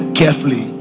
carefully